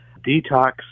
detox